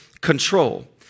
control